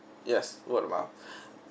yes word of mouth